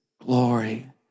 glory